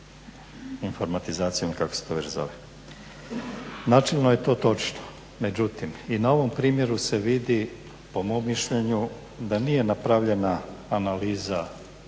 informatizacijom kako se to već zove. Načelno je to točno, međutim i na ovom primjeru se vidi po mom mišljenju da nije napravljena analiza kolike